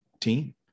team